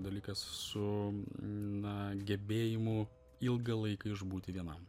dalykas su na gebėjimu ilgą laiką išbūti vienam